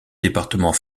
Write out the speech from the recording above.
département